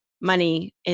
money